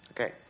okay